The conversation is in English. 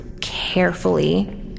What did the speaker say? carefully